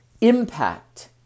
impact